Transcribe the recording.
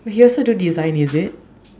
but he also do design is it